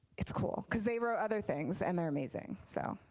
it's cool. because there were ah other things and they're amazing so.